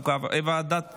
ותיכנס לספר החוקים.